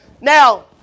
Now